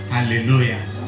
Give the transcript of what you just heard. Hallelujah